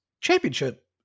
Championship